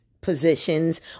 positions